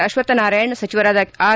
ಅಶ್ವತ್ಪ್ ನಾರಾಯಣ್ ಸಚಿವರಾದ ಆರ್